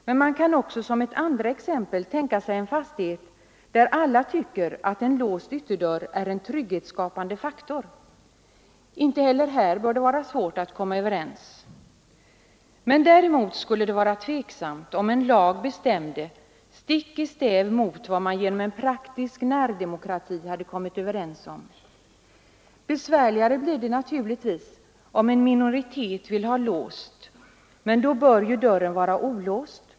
Man kan som ett andra exempel tänka sig en fastighet där alla tycker att en låst ytterdörr är en trygghetsskapande faktor. Inte heller här bör det vara svårt att bli ense. Däremot skulle det vara tvivelaktigt om en lag bestämde stick i stäv mot vad man genom en praktisk närdemokrati hade kommit överens om. Besvärligare blir det naturligtvis — och det är det tredje exemplet — om en minoritet vill ha låst; men då bör ju dörren vara olåst.